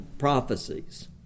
prophecies